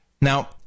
Now